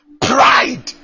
Pride